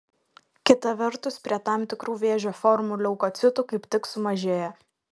kita vertus prie tam tikrų vėžio formų leukocitų kaip tik sumažėja